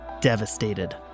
devastated